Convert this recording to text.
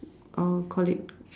oh call it